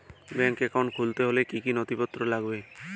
Bank account খুলতে হলে কি কি নথিপত্র লাগবে?